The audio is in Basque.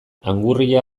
angurria